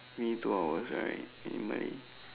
me two hours right you need money